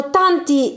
tanti